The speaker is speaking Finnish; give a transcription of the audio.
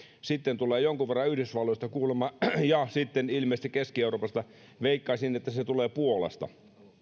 sitten tulee jonkun verran yhdysvalloista kuulemma ja sitten ilmeisesti keski euroopasta veikkaisin että se tulee puolasta